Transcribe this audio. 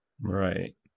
right